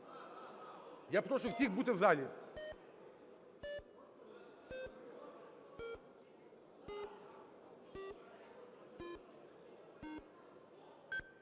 Я прошу всіх бути в залі.